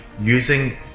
using